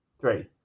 three